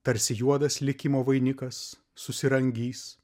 tarsi juodas likimo vainikas susirangys